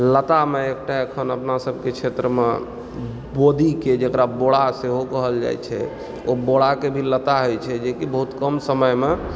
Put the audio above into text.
लता मे एकटा अखन अपना सबके क्षेत्रमे बोधि के जेकरा बोरा सेहो कहल जाइ छै ओ बोरा के भी लता होइ छै जेकि बहुत कम समय मे